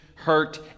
hurt